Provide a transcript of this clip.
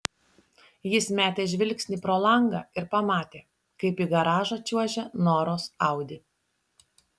jis metė žvilgsnį pro langą ir pamatė kaip į garažą čiuožia noros audi